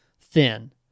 thin